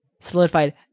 solidified